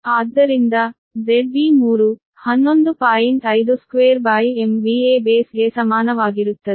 ಆದ್ದರಿಂದ ZB3 ಗೆ ಸಮಾನವಾಗಿರುತ್ತದೆ